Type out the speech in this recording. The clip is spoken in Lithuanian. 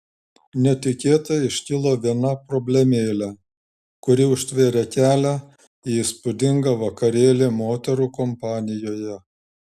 netikėtai iškilo viena problemėlė kuri užtvėrė kelią į įspūdingą vakarėlį moterų kompanijoje